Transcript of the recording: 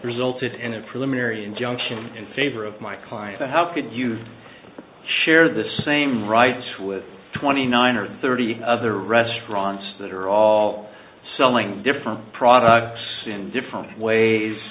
injunction in favor of my client but how could you share the same rights with twenty nine or thirty other restaurants that are all selling different products in different ways